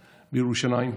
בירושלים,